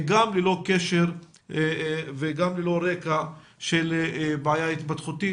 גם ללא קשר וגם ללא רקע של בעיה התפתחותית,